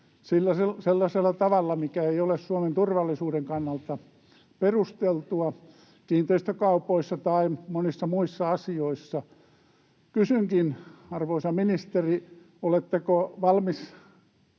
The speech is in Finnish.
tavalla, mikä ei ole Suomen turvallisuuden kannalta perusteltua: kiinteistökaupoissa tai monissa muissa asioissa. Kysynkin, arvoisa ministeri: oletteko valmis